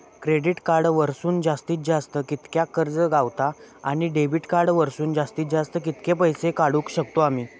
Credit card वरसून जास्तीत जास्त कितक्या कर्ज गावता, आणि डेबिट कार्ड वरसून जास्तीत जास्त कितके पैसे काढुक शकतू आम्ही?